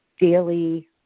daily